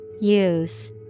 Use